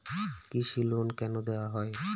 কৃষি লোন কেন দেওয়া হয়?